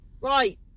Right